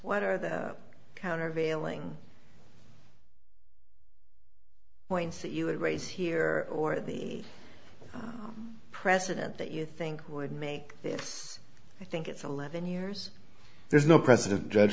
what are the countervailing points that you would raise here or the president that you think would make this i think it's eleven years there's no precedent